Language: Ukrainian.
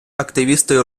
активісти